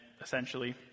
essentially